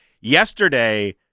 Yesterday